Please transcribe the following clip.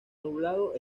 nublado